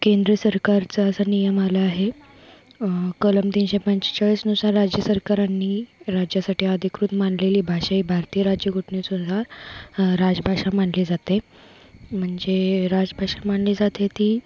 केंद्र सरकारचा असा नियम आला आहे कलम तीनशे पंचेचाळीसनुसार राज्य सरकारांने राज्यासाठी अधिकृत मानलेली भाषा ही भारतीय राज्य घटनेनुसार राजभाषा मानली जाते म्हणजे राजभाषा मानली जाते ती